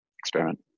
experiment